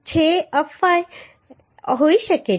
6fy હોઈ શકે છે